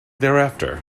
thereafter